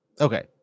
Okay